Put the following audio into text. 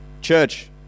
Church